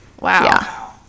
Wow